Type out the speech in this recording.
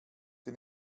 den